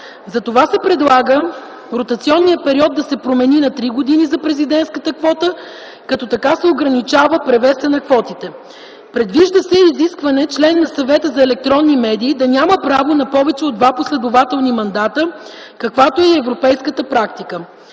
затова се предлага ротационният период да се промени на три години за президентската квота, като така се ограничава превесът на квотите. Предвижда се изискване член на Съвета за електронни медии да няма право на повече от два последователни мандата, каквато е и европейската практика.